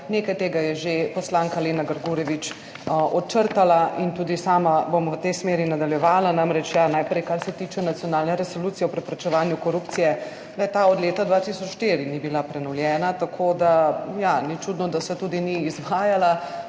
Nekaj tega je že poslanka Lena Grgurevič očrtala in tudi sama bom v tej smeri nadaljevala. Namreč, ja, najprej, kar se tiče nacionalne resolucije o preprečevanju korupcije. Le ta od leta 2004 ni bila prenovljena, tako da ja, ni čudno, da se tudi ni izvajala